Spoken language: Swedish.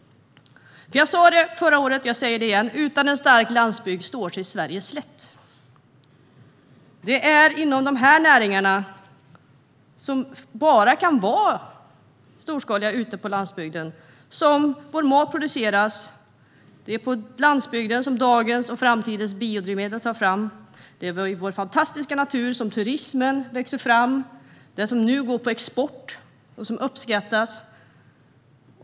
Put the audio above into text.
Jag sa det förra året och jag säger det igen: Utan en stark landsbygd står sig Sverige slätt. Det är inom dessa näringar, som bara kan vara storskaliga ute på landsbygden, som vår mat produceras. Det är på landsbygden som dagens och morgondagens biodrivmedel tas fram. Det är i vår fantastiska natur som turismen växer fram och som nu går på export och uppskattas.